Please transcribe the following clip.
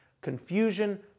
confusion